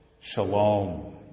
Shalom